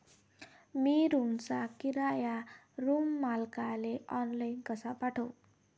मी रूमचा किराया रूम मालकाले ऑनलाईन कसा पाठवू?